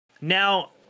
now